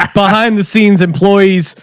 like behind the scenes employees,